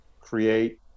create